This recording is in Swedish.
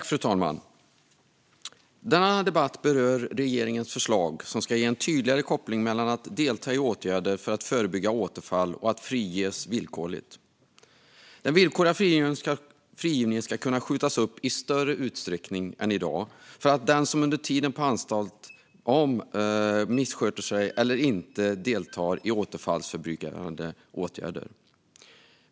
Fru talman! Denna debatt berör regeringens förslag som ska ge en tydligare koppling mellan att delta i åtgärder för att förebygga återfall och att friges villkorligt. Den villkorliga frigivningen ska kunna skjutas upp i större utsträckning än i dag för den som under tiden på anstalt missköter sig eller inte deltar i återfallsförebyggande åtgärder.